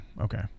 okay